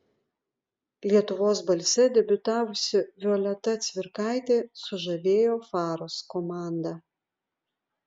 lietuvos balse debiutavusi violeta cvirkaitė sužavėjo faros komandą